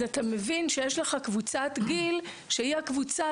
אז אתה מבין שיש לך קבוצת גיל שהיא הקבוצה